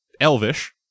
Elvish